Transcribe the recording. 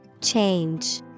Change